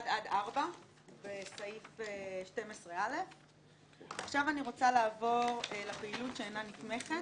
4. בסעיף 12א. אני רוצה לעבור לנושא "פעילות שאינה נתמכת".